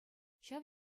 ҫав